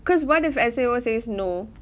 because what if S_A_O says no